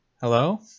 Hello